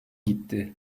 gitti